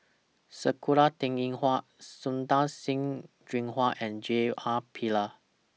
Sakura Teng Ying Hua Santokh Singh Grewal and J R Pillay